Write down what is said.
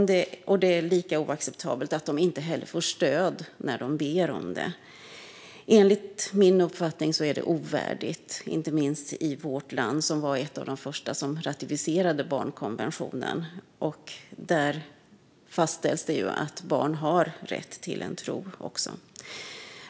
Det är lika oacceptabelt att de inte heller får stöd när de ber om det. Enligt min uppfattning är det ovärdigt, inte minst i vårt land som var ett av de första som ratificerade barnkonventionen. Där fastställs också att barn har rätt till en tro.